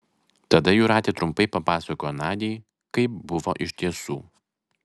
tada jūratė trumpai papasakojo nadiai kaip buvo iš tiesų